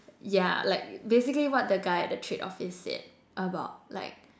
yeah like basically what the guy at the trade office said about like